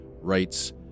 writes